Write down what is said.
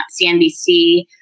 CNBC